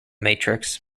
matrix